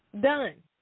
done